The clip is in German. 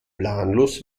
planlos